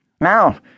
Now